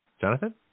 Jonathan